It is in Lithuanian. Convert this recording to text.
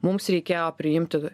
mums reikėjo priimti